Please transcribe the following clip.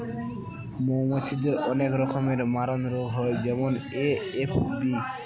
মৌমাছিদের অনেক রকমের মারণরোগ হয় যেমন এ.এফ.বি